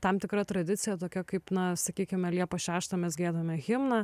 tam tikra tradicija tokia kaip na sakykime liepos šeštą mes giedame himną